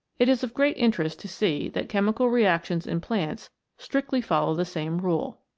it is of great interest to see that chemical reactions in plants strictly follow the same rule.